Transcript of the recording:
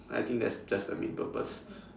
I think that's just the main purpose